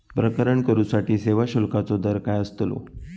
प्रकरण करूसाठी सेवा शुल्काचो दर काय अस्तलो?